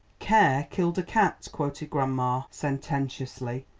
care killed a cat, quoted grandma sententiously,